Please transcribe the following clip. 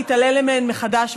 להתעלל בהן מחדש,